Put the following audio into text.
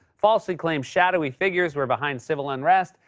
falsely claimed shadowy figures were behind civil unrest,